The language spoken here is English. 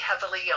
heavily